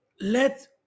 let